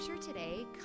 today